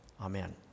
Amen